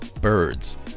birds